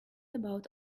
about